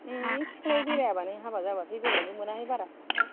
सिख्लायावनो बेरायाबा नों हाबा जाबाथाय बेरायनो मोना हाय बारा